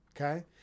okay